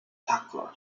tucker